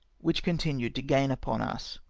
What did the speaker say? which continued to gain upon us.